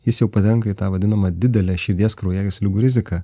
jis jau patenka į tą vadinamą didelę širdies kraujagyslių riziką